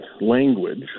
language